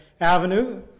Avenue